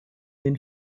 den